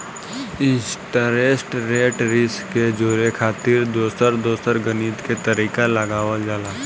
interest rate risk के जोड़े खातिर दोसर दोसर गणित के तरीका लगावल जाला